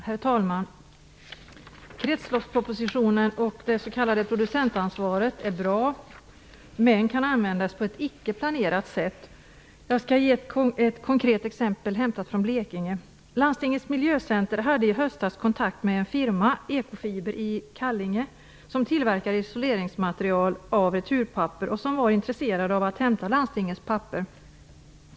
Herr talman! Kretsloppspropositionen och det s.k. producentansvaret är bra, men kan användas på ett icke planerat sätt. Jag skall ge ett konkret exempel hämtat från Blekinge. Landstingets Miljöcenter hade i höstas kontakt med en firma, Ekofiber i Kallinge, som tillverkar isoleringsmaterial av returpapper. Firman var intresserad av att hämta landstingets papper.